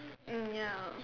mm ya